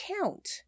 count